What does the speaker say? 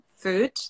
food